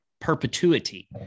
perpetuity